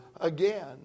again